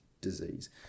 disease